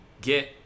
Get